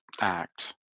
act